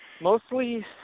mostly